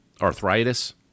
arthritis